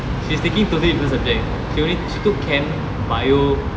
she's taking totally different subject she took chem bio